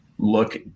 look